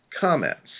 comments